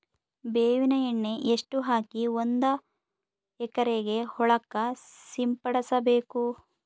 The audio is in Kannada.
ಬೇವಿನ ಎಣ್ಣೆ ಎಷ್ಟು ಹಾಕಿ ಒಂದ ಎಕರೆಗೆ ಹೊಳಕ್ಕ ಸಿಂಪಡಸಬೇಕು?